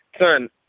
Son